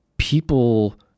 people